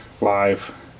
live